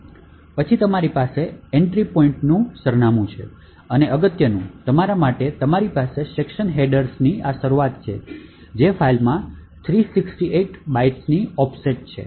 પછી તમારી પાસે એન્ટ્રી પોઇન્ટ સરનામું છે અને અગત્યનું તમારા માટે તમારી પાસે સેક્શન હેડર્સની આ શરૂઆત છે જે ફાઇલમાં 368 બાઇટ્સની ઑફસેટ છે